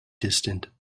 distant